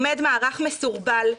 עומד מערך מסורבל,